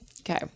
Okay